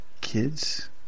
kids